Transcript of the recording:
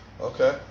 Okay